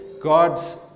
God's